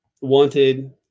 wanted